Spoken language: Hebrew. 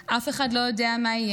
אף אחד לא יודע מה יהיה,